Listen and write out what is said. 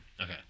Okay